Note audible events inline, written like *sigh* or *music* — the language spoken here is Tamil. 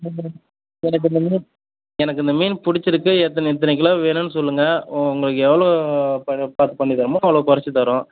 *unintelligible* எனக்கு அந்த மீன் எனக்கு இந்த மீன் பிடிச்சிருக்கு எத்தனை இத்தனை கிலோ வேணுன்னு சொல்லுங்கள் ஓ உங்களுக்கு எவ்வளோ குற பார்த்து பண்ணி தரோம்மா அவ்வளோ குறச்சி தரம்